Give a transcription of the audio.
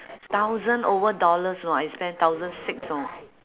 thousand over dollars you know I spend thousand six you know